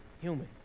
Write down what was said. human